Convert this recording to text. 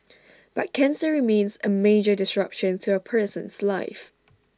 but cancer remains A major disruption to A person's life